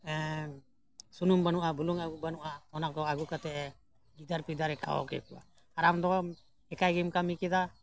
ᱥᱩᱱᱩᱢ ᱵᱟᱹᱱᱩᱜᱼᱟ ᱵᱩᱞᱩᱝ ᱵᱟᱹᱱᱩᱜᱼᱟ ᱚᱱᱟᱠᱚ ᱟᱹᱜᱩ ᱠᱟᱛᱮᱫᱼᱮ ᱜᱤᱫᱟᱹᱨ ᱯᱤᱫᱟᱹᱨ ᱠᱷᱟᱣᱟᱣ ᱠᱮᱠᱚᱣᱟ ᱟᱨ ᱟᱢᱫᱚ ᱮᱠᱟᱭ ᱜᱮᱢ ᱠᱟᱹᱢᱤ ᱠᱮᱫᱟ